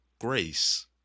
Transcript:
grace